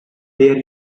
there